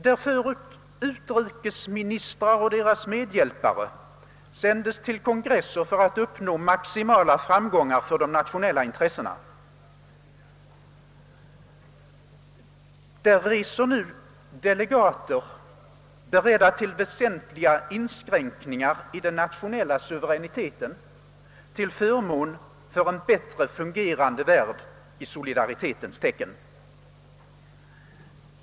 Där förut utrikesministrar och deras medhjälpare sändes till konferenser för att uppnå maximala framgångar för de nationella intressena reser nu delegater beredda till väsentliga inskränkningar i den nationella suveräniteten, till förmån för en bättre fungerande värld i solidaritetens tecken.